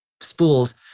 spools